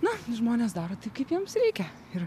na žmonės daro taip kaip jiems reikia ir